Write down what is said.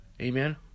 Amen